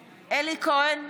כהן,